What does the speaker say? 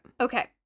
Okay